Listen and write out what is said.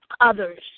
others